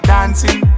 Dancing